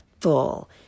full